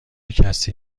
کسی